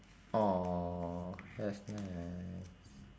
!aww! that's nice